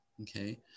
okay